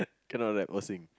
cannot rap or sing